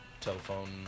Telephone